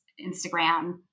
Instagram